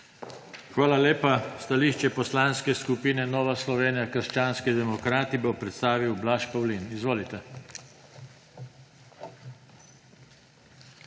skupin. Stališče Poslanske skupine Nova Slovenija – krščanski demokrati bo predstavil Blaž Pavlin. Izvolite.